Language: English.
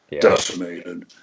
decimated